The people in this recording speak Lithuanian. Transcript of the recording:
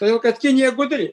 todėl kad kinija gudri